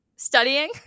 Studying